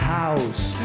house